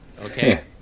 okay